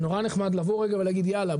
נורא נחמד לבוא רגע ולהגיד: יאללה,